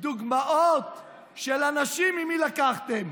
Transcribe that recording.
דוגמאות של אנשים, ממי לקחתם: